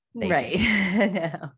Right